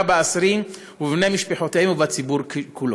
באסירים ובבני משפחותיהם ובציבור כולו.